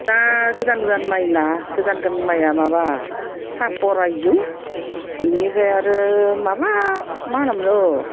दा गोदान गोदान माइना गोदान गोदान माइया माबा साफर आयजुं बेनिफ्राय आरो माबा मा होनोमोनलाय अ